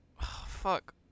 fuck